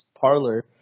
parlor